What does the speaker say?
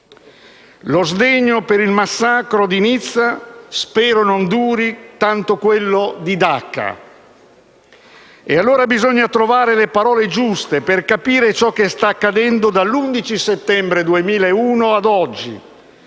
Lo sdegno per il massacro di Nizza spero non duri quanto quello di Dacca. E allora bisogna trovare le parole giuste, per capire ciò che sta accadendo dall'11 settembre 2001 ad oggi